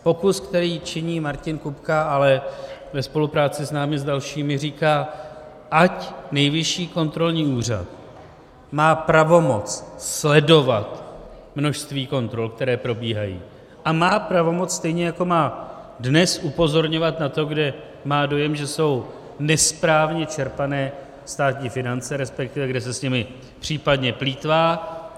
Pokus, který činí Martin Kupka, ale ve spolupráci s námi dalšími, říká, ať Nejvyšší kontrolní úřad má pravomoc sledovat množství kontrol, které probíhají, a má pravomoc, stejně jako má dnes, upozorňovat na to, kde má dojem, že jsou nesprávně čerpané státní finance, respektive kde se s nimi případně plýtvá.